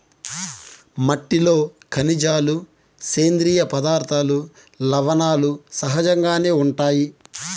మట్టిలో ఖనిజాలు, సేంద్రీయ పదార్థాలు, లవణాలు సహజంగానే ఉంటాయి